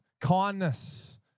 kindness